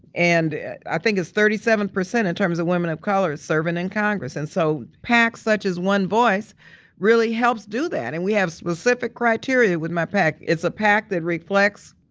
and i think it's thirty seven percent in terms of women of color serving in congress. and so pacs such as one voice really helps do that. and we have specific criteria with my pac. it's a pac that reflects.